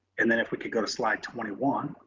and then if we could go to slide twenty one.